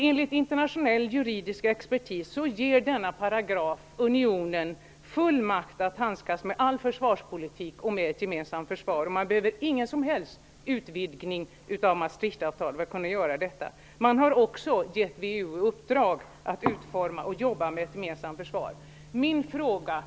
Enligt internationell juridisk expertis ger denna paragraf unionen full makt att handskas med all försvarspolitik och med ett gemensamt försvar. Man behöver ingen som helst utvidgning av Maastrichtavtalet för att kunna göra detta. Man har också gett VEU i uppdrag att utforma och jobba med ett gemensamt försvar.